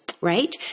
right